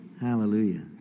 Hallelujah